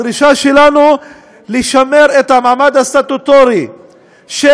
הדרישה שלנו לשמר את המעמד הסטטוטורי של